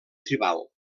tribal